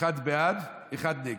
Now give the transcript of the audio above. אחד בעד, אחד נגד.